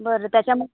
बरं त्याच्यामं